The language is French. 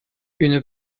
une